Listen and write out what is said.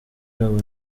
yabo